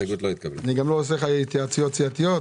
הצבעה לא אושר אני גם לא עושה לך התייעצויות סיעתיות.